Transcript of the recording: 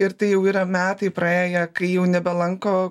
ir tai jau yra metai praėję kai jau nebelanko